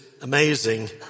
amazing